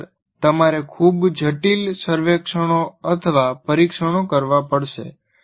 નહિંતર તમારે ખૂબ જટિલ સર્વેક્ષણો અથવા પરીક્ષણો કરવા પડશે